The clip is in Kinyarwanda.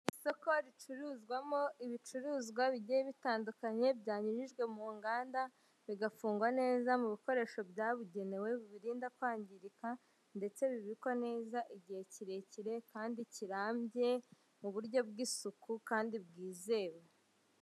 Isoko ricuruzwamo ibicuruzwa bigiye bitandukanye byanyujijwe mu nganda bigafungwa neza mu bikoresho byabugenewe bibirinda kwangirika ndetse bibikwa neza igihe kirekire kandi kirambye muburyo bw'isuku kandi bwizewe.